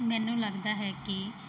ਮੈਨੂੰ ਲੱਗਦਾ ਹੈ ਕਿ